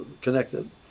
connected